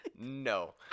No